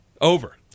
Over